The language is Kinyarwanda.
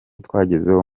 twagezeho